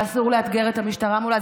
ואסור לאתגר את המשטרה מולה,